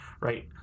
right